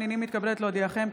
הינני מתכבדת להודיעכם,